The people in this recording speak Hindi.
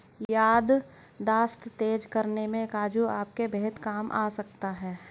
याददाश्त तेज करने में काजू आपके बेहद काम आ सकता है